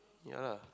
yeah lah